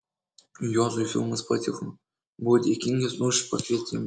juozui filmas patiko buvo dėkingas už pakvietimą